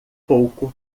pouco